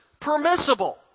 permissible